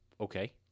Okay